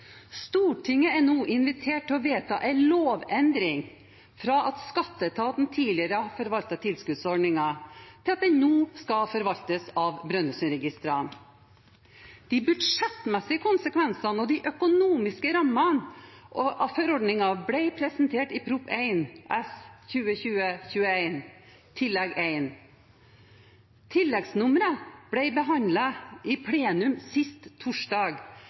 Stortinget er nå invitert til å vedta en lovendring, fra at skatteetaten tidligere har forvaltet tilskuddsordningen, til at den nå skal forvaltes av Brønnøysundregistrene. De budsjettmessige konsekvensene og de økonomiske rammene for ordningen ble presentert i Prop. 1 S Tillegg 1 for 2020–2021. Tilleggsnummeret ble behandlet i plenum sist torsdag